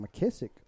McKissick